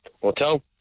Hotel